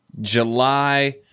July